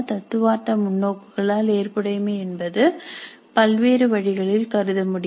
தத்துவார்த்த முன்னோக்குகளால் ஏற்புடைமை என்பது பல்வேறு வழிகளில் கருத முடியும்